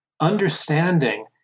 understanding